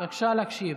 בבקשה להקשיב.